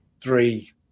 three